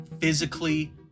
physically